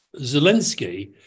Zelensky